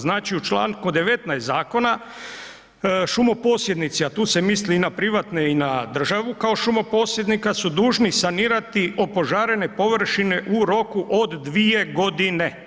Znači u čl. 19. zakona šumoposjednici, a tu se misli i na privatne i na državu kao šumoposjednika su dužni sanirati opožarene površine u roku od 2 godine.